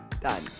Done